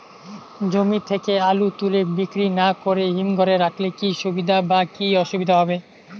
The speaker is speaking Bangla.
জমি থেকে আলু তুলে বিক্রি না করে হিমঘরে রাখলে কী সুবিধা বা কী অসুবিধা হবে?